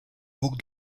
buc